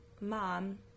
mom